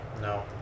No